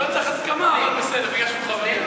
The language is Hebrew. לא צריך הסכמה, אבל בסדר, בגלל שהוא חבר.